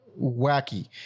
wacky